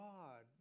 God